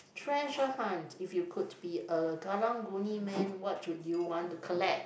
treasure hunt if you count be a karang-guni man what would you want to collect